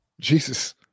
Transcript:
Jesus